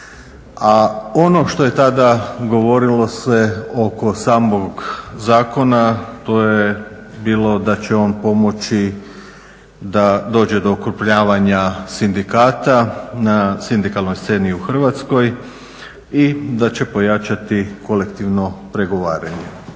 ono što je tada govorilo se oko samog zakona to je bilo da će on pomoći da dođe do okrupnjavanja sindikata na sindikalnoj sceni u Hrvatskoj i da će pojačati kolektivno pregovaranje.